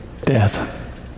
death